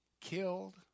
killed